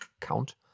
count